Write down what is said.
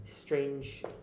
strange